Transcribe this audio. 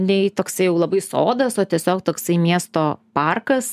nei toksai jau labai sodas o tiesiog toksai miesto parkas